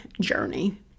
journey